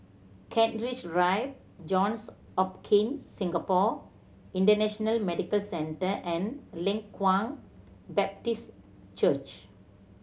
Kent Rive Johns Hopkins Singapore International Medical Centre and Leng Kwang Baptist Church